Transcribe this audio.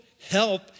help